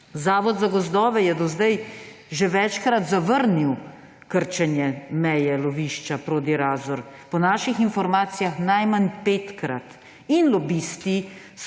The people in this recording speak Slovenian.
Zavod za gozdove je do zdaj že večkrat zavrnil krčenje meje lovišča Prodi-Razor. Po naših informacijah najmanj petkrat. Lobisti